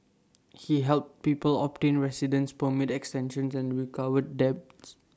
he helped people obtain residence permit extensions and recovered debts